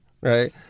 right